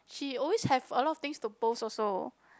she always have a lot of things to post also